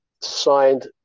signed